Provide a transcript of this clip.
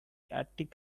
attic